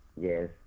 Yes